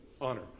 honor